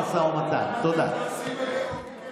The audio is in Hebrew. הסברתי מה קרה.